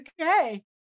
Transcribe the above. Okay